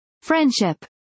Friendship